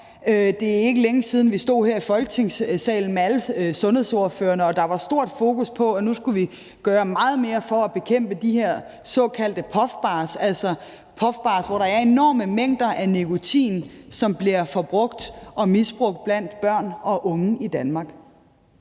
Det er ikke længe siden, at vi stod her i Folketingssalen med alle sundhedsordførerne og der var stort fokus på, at nu skulle vi gøre meget mere for at bekæmpe de her såkaldte puffbars, hvor der er enorme mængder af nikotin, som bliver forbrugt og misbrugt blandt børn og unge i Danmark.